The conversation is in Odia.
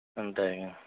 ଏନ୍ତା କି